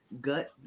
gut